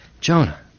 Jonah